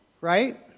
right